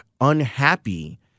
unhappy